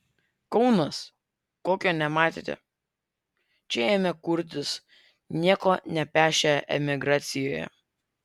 kaunas kokio nematėte čia ėmė kurtis nieko nepešę emigracijoje